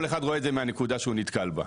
כל אחד רואה את זה מהנקודה שהוא נתקל בה.